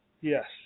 Yes